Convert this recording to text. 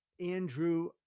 Andrew